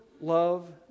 love